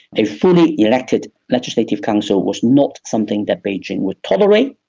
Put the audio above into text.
a fully elected legislative council was not something that beijing would tolerate.